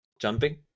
jumping